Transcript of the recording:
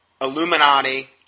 Illuminati